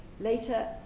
Later